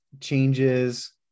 changes